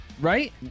right